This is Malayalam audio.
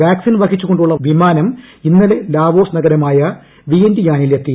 വാക്സിൻ വഹിച്ചുകൊണ്ടുള്ള വിമാനം ഇന്നലെ ലാവോസ് നഗരമായ വിയന്റി യാനിൽ എത്തി